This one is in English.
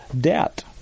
debt